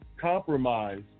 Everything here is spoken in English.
Compromise